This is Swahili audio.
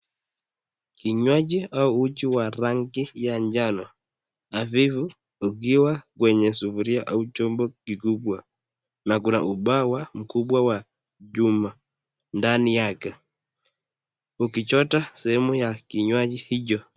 Kinywajia au uji ya rangi kinjano, avivu ikiwa kwenye sufuria, au chombo kikubwa na kuna ubawa mkubwa wa chuma ndani yake ukichota sehemu ya kinywaji hicho.